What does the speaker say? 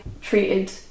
treated